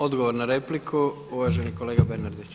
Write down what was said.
Odgovor na repliku uvaženi kolega Bernardić.